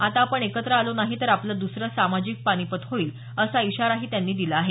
आता आपण एकत्र आलो नाही तर आपलं दुसरं सामाजिक पानिपत होईल असा इशाराही त्यांनी दिला आहे